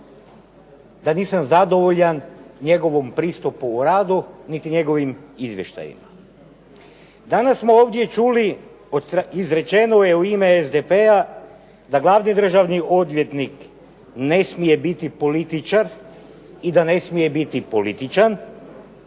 da nisam zadovoljan njegovim pristupom u radu niti njegovim izvještajima. Danas smo čuli izrečeno je u ime SDP-a da glavni državni odvjetnik ne smije biti političar i da ne smije biti političan